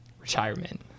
Retirement